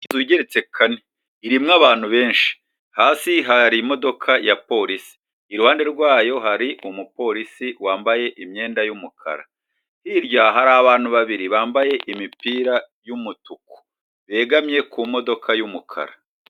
Inzu igeretse kane irimo abantu benshi hasi hari imodoka ya polisi iruhande rwayo hari umupolisi wambaye imyenda y'umukara hirya hari abantu babiri bambaye imipira y'umutuku begamye ku modoka y'umukara.